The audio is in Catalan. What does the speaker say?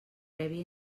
prèvia